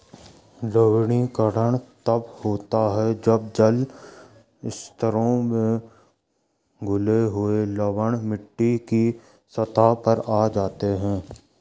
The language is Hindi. लवणीकरण तब होता है जब जल स्तरों में घुले हुए लवण मिट्टी की सतह पर आ जाते है